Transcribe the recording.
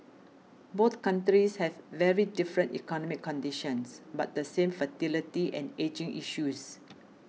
both countries have very different economic conditions but the same fertility and ageing issues